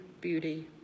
beauty